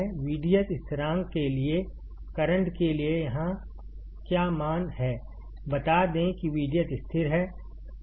VDS स्थिरांक के लिए करंट के लिए यहाँ क्या मान है बता दें कि VDS स्थिर है